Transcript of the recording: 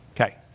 Okay